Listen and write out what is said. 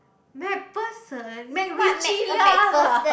McPherson MacRitchie lah